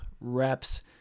reps